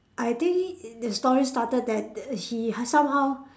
I think in the story started that he somehow